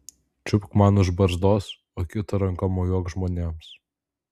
čiupk man už barzdos o kita ranka mojuok žmonėms